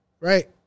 right